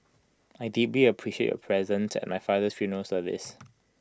I deeply appreciated your presence at my father's funeral service